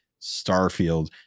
starfield